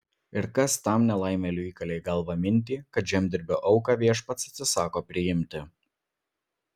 ir kas tam nelaimėliui įkalė į galvą mintį kad žemdirbio auką viešpats atsisako priimti